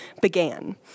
began